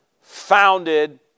founded